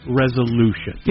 resolution